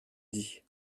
dit